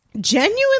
genuinely